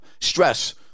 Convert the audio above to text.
stress